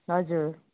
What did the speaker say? हजुर